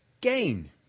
gain